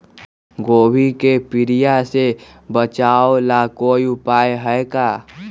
गोभी के पीलिया से बचाव ला कोई उपाय है का?